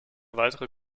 weitere